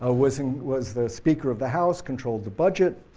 ah was and was the speaker of the house, controlled the budget,